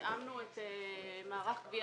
בוקר טוב.